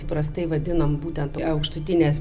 įprastai vadinam būtent aukštutinės